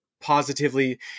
positively